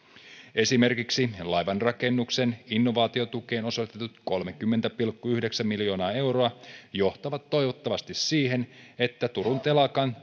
esimerkiksi laivanrakennuksen innovaatiotukeen osoitetut kolmekymmentä pilkku yhdeksän miljoonaa euroa johtavat toivottavasti siihen että turun telakan